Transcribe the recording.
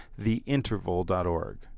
theinterval.org